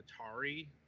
atari